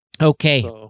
okay